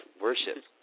worship